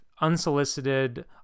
unsolicited